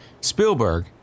Spielberg